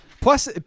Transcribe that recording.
Plus